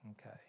Okay